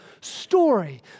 story